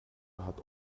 hat